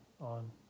on